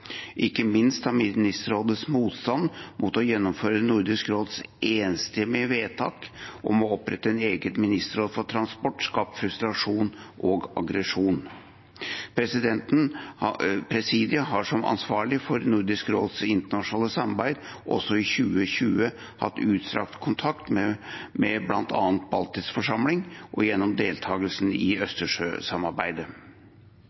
Ikke minst har Ministerrådets motstand mot å gjennomføre Nordisk råds enstemmige vedtak om å opprette et eget ministerråd for transport skapt frustrasjon og aggresjon. Presidiet har som ansvarlig for Nordisk råds internasjonale samarbeid også i 2020 hatt utstrakt kontakt med bl.a. Baltisk forsamling og gjennom deltakelsen i